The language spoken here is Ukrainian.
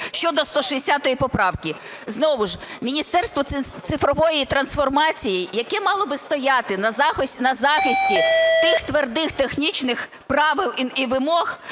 Щодо 160 поправки. Знову ж Міністерство цифрової трансформації, яке мало б стояти на захисті тих твердих технічних правил і вимог,